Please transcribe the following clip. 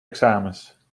examens